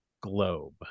globe